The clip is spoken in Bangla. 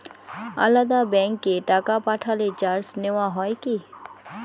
আলাদা ব্যাংকে টাকা পাঠালে চার্জ নেওয়া হয় কি?